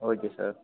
okay sir